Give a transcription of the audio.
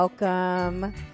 Welcome